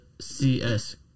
CS